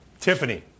Tiffany